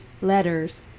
letters